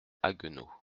haguenau